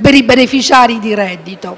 per i beneficiari di reddito.